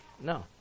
No